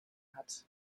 hat